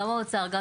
גם האוצר כמובן,